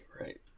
right